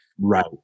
Right